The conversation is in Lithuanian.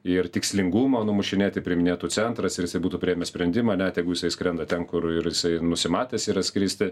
ir tikslingumo numušinėti priiminėtų centras ir jisai būtų priėmęs sprendimą ne tegu jisai skrenda ten kur ir jisai nusimatęs yra skristi